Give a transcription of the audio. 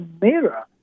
mirror